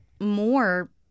more